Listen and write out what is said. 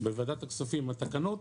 בוועדת הכספים התקנות,